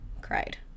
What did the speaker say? cried